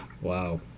Wow